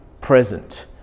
present